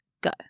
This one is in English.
Go